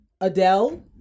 Adele